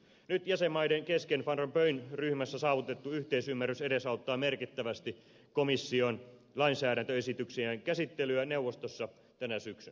nyt jäsenmaiden kesken van rompuyn ryhmässä saavutettu yhteisymmärrys edesauttaa merkittävästi komission lainsäädäntöesityksien käsittelyä neuvostossa tänä syksynä